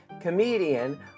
comedian